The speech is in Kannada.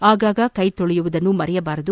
ಆಗಾಗ ಕೈ ತೊಳೆಯುವುದು ಮರೆಯಬಾರದು